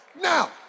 Now